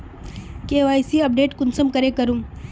KYC update कुंसम करे करूम?